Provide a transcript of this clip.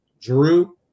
Drew